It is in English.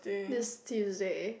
this Tuesday